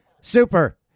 Super